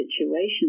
situations